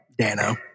Dano